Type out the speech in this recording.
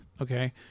Okay